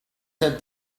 set